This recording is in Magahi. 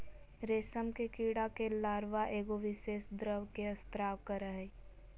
रेशम के कीड़ा के लार्वा एगो विशेष द्रव के स्त्राव करय हइ